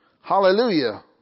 Hallelujah